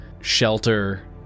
shelter